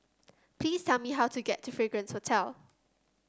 please tell me how to get to Fragrance Hotel